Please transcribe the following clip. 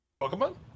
Pokemon